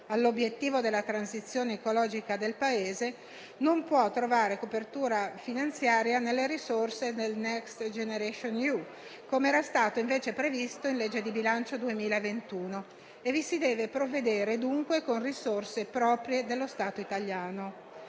all'obiettivo della transizione ecologica del Paese, non può trovare copertura finanziaria nelle risorse del Next generation EU, come era stato invece previsto in legge di bilancio 2021, e vi si deve provvedere dunque con risorse proprie dello Stato italiano.